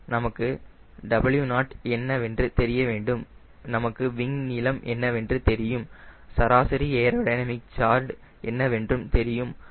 எனவே நமக்கு W0 என்னவென்று தெரிய வேண்டும் நமக்கு விங் நீளம் என்னவென்று தெரியும் சராசரி ஏரோடினமிக் கார்டு என்னவென்றும் தெரியும்